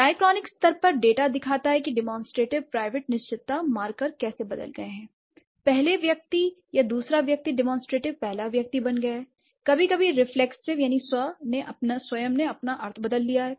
diachronic स्तर पर data दिखाता है कि डेमोंस्ट्रेटव प्राइवेट निश्चितता मार्कर कैसे बदल गए हैं पहला व्यक्ति या दूसरा व्यक्ति डेमोंस्ट्रेटव पहला व्यक्ति बन गया है कभी कभी रिफ्लेक्सिव ने अपना अर्थ बदल दिया है